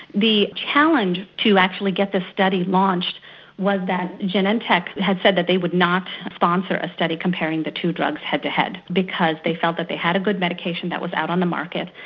the challenge to actually get the study launched was that genentech had said that they would not sponsor a study comparing the two drugs head-to-head, because they felt that they had a good medication that was out on the market,